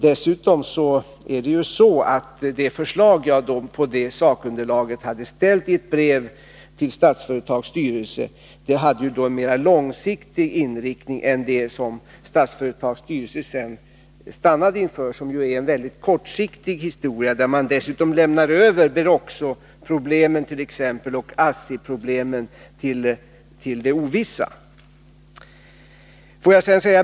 Dessutom hade det förslag som jag ställde på grundval av det sakunderlaget i ett brev till Statsföretags styrelse en mera långsiktig inriktning än det som Statsföretags styrelse sedan stannade inför och som är en mycket kortsiktig historia, där man dessutom lämnar över t.ex. Beroxooch ASSI-problemen till det ovissa.